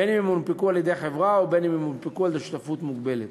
בין שהונפקו על-ידי חברה ובין שהונפקו על-ידי שותפות מוגבלת.